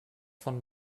von